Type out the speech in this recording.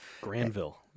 Granville